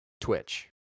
twitch